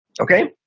okay